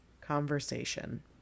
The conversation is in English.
conversation